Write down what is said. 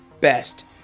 best